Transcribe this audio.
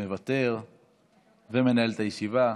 מוותר ומנהל את הישיבה.